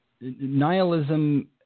Nihilism –